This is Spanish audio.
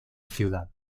ciudad